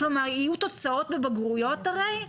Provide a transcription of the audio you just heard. כלומר יהיו תוצאות בבגרויות הרי,